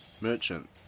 Merchant